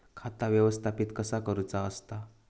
खाता व्यवस्थापित कसा करुचा असता?